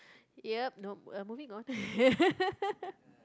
yup nope moving on